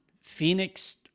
phoenix